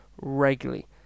regularly